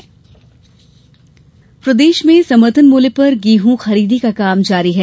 गेहूं खरीदी प्रदेश में समर्थन मूल्य पर गेहूं खरीदी का काम जारी है